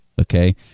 Okay